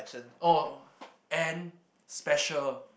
oh and special